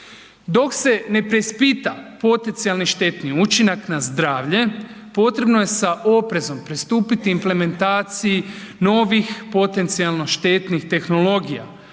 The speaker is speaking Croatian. Dok se ne preispita potencijalni štetni učinak na zdravlje, potrebno je sa oprezom pristupiti implementaciji novih potencijalno štetnih tehnologija,